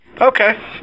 Okay